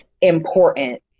important